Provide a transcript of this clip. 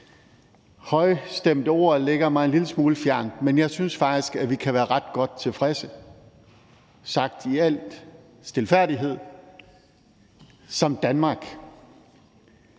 højstemte ord mig en lille smule fjernt, men jeg synes faktisk, at vi kan være ret godt tilfredse, sagt i al stilfærdighed, som Danmark,